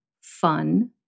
fun